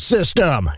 System